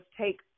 take